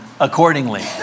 accordingly